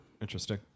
Interesting